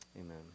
amen